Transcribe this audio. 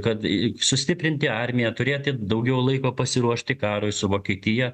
kad sustiprinti armiją turėti daugiau laiko pasiruošti karui su vokietija